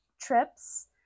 trips